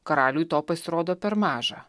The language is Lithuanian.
karaliui to pasirodo per maža